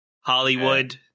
Hollywood